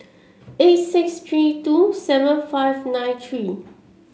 eight six three two seven five nine three